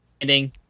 ending